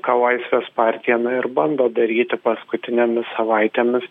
ką laisvės partija na ir bando daryti paskutinėmis savaitėmis